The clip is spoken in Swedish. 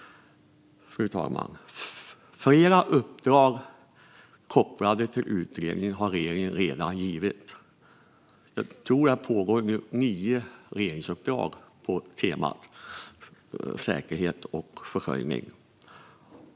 Fru talman! Flera uppdrag kopplade till utredningen har regeringen redan givit. Jag tror att det nu är nio regeringsuppdrag som pågår på temat säkerhet och försörjning.